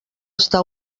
està